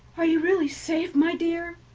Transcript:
are you really safe, my dear?